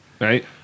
Right